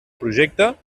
projecte